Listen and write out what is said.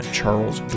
Charles